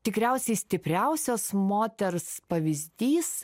tikriausiai stipriausios moters pavyzdys